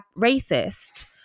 racist